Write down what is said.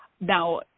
Now